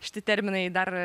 šiti terminai dar